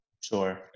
Sure